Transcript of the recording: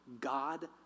God